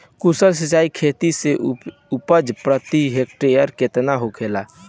कुशल सिंचाई खेती से उपज प्रति हेक्टेयर केतना होखेला?